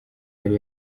yari